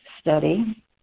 study